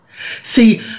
See